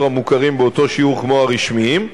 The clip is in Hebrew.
המוכרים באותו שיעור כמו הרשמיים,